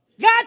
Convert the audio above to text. God